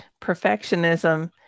perfectionism